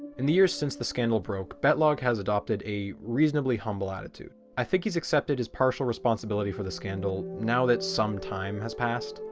in the years since the scandal broke batlogg has adopted a reasonably humble attitude. i think he's accepted his partial responsibility for the scandal now that some time has passed,